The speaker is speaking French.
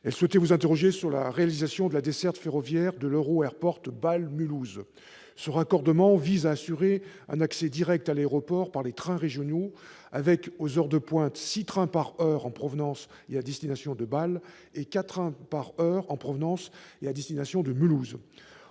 qui souhaitait vous interroger sur la réalisation de la desserte ferroviaire de l'EuroAirport Bâle-Mulhouse. Ce raccordement vise à assurer un accès direct à l'aéroport par les trains régionaux avec, aux heures de pointe, six trains par heure en provenance et à destination de Bâle, et quatre trains par heure en provenance et à destination de Mulhouse.